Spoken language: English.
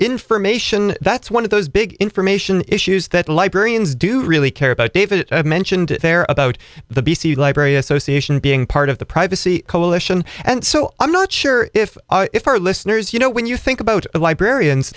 information that's one of those big information issues that librarians do really care about david mentioned there about the b c library association being part of the privacy coalition and so i'm not sure if if our listeners you know when you think about librarians